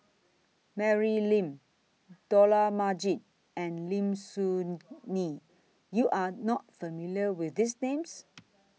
Mary Lim Dollah Majid and Lim Soo Ngee YOU Are not familiar with These Names